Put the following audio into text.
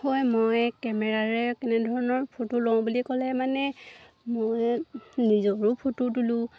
হয় মই কেমেৰাৰে কেনেধৰণৰ ফটো লওঁ বুলি ক'লে মানে মই নিজৰো ফটো তোলোঁ